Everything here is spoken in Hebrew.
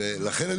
ולכן,